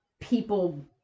people